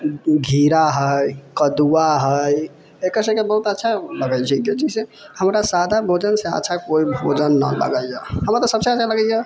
घिरा है कदुआ है एकर सबके बहुत अच्छा लगै छै जाहिसे हमरा सादा भोजन से अच्छा कोइ भोजन न लगैया हमरा त सबसे अच्छा लगैया